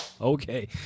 Okay